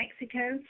Mexico